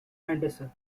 anderson